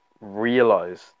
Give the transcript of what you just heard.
realize